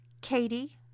Katie